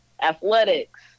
Athletics